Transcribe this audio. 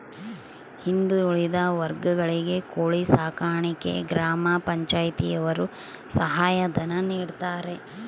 ಹಿಂದುಳಿದ ವರ್ಗಗಳಿಗೆ ಕೋಳಿ ಸಾಕಾಣಿಕೆಗೆ ಗ್ರಾಮ ಪಂಚಾಯ್ತಿ ಯವರು ಸಹಾಯ ಧನ ನೀಡ್ತಾರೆ